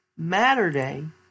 Matterday